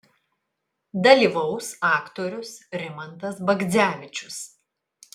dalyvaus aktorius rimantas bagdzevičius